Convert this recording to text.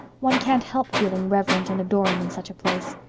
one can't help feeling reverent and adoring in such a place.